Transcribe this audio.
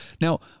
Now